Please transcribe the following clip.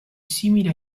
simili